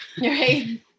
Right